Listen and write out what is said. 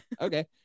Okay